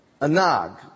Anag